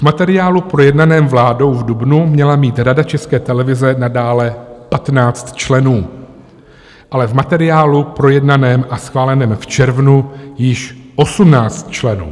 V materiálu projednaném vládou v dubnu měla mít Rada České televize nadále 15 členů, ale v materiálu projednaném a schváleném v červnu již 18 členů.